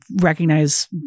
recognize